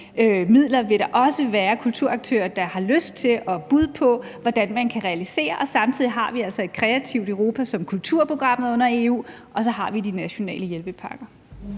midler vil der også være kulturaktører der har lyst til og bud på hvordan man kan realisere. Og samtidig har vi altså Et Kreativt Europa som kulturprogrammet under EU, og vi har de nationale hjælpepakker.